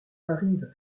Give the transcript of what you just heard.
m’arrive